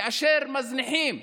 כאשר מזניחים,